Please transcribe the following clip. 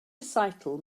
recital